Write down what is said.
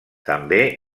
també